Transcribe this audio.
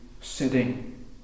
sitting